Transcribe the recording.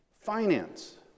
Finance